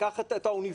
קח את האוניברסיטאות,